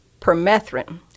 permethrin